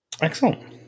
Excellent